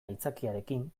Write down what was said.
aitzakiarekin